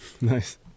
Nice